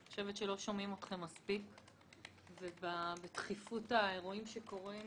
אני חושבת שלא שומעים אתכם מספיק ובתכיפות האירועים שקורים